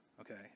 okay